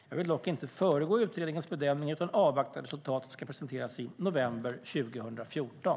Jag vill dock inte föregå utredningens bedömning utan avvaktar resultatet som ska presenteras i november 2014.